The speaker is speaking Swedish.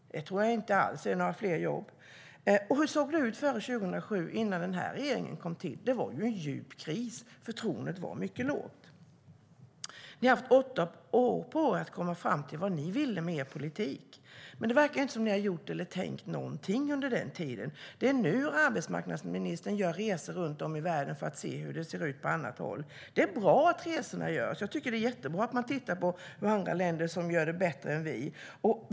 Jag tror inte att det är fler jobb. Hur såg det ut före 2007, innan den här regeringen kom till? Det var en djup kris. Förtroendet var mycket lågt. Ni har haft åtta år på er att komma fram till vad ni vill med er politik. Men det verkar inte som att ni har gjort eller tänkt någonting under den tiden. Det är nu arbetsmarknadsministern gör resor runt om i världen för att se hur det ser ut på annat håll. Det är bra att resorna görs. Jag tycker att det är jättebra att man tittar på andra länder som gör det bättre än vi.